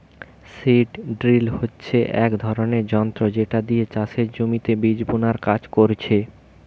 seed drill হচ্ছে এক ধরণের যন্ত্র যেটা দিয়ে চাষের জমিতে বীজ বুনার কাজ করছে